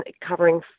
covering